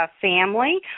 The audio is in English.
family